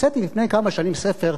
לפני כמה שנים הוצאתי ספר,